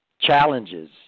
challenges